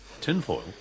Tinfoil